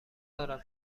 دارم